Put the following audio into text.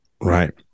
Right